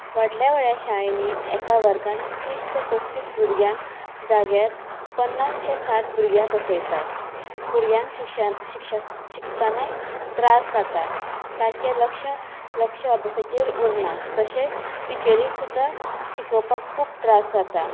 व्हडल्या व्हडल्या शाळेनीं एका वर्गांत तीस ते पसतीस भुरग्यां जाग्यार पन्नास ते साठ भुरग्यांक बसयतात आनी शिकतना त्रास जाता तांचें लक्ष अभ्यासाचेर उरना तशें टिचरीक सुद्दा शिकोवपाक खूब त्रास जाता